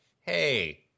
Hey